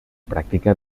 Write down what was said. pràctica